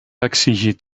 exigit